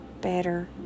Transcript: better